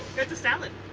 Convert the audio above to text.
that's a salad.